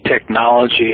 technology